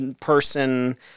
person